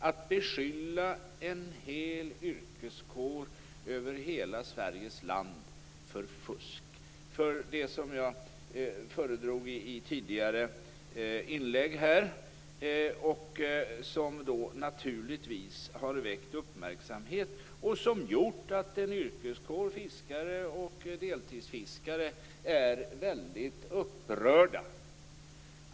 Att beskylla en hel yrkeskår över hela Sveriges land för fusk - som jag föredrog i tidigare inlägg - har naturligtvis väckt uppmärksamhet. Detta har gjort att en yrkeskår fiskare och deltidsfiskare är upprörda.